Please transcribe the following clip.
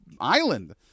island